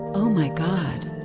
oh, my god.